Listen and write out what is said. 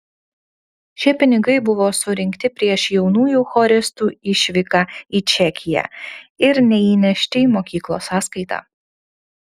šie pinigai buvo surinkti prieš jaunųjų choristų išvyką į čekiją ir neįnešti į mokyklos sąskaitą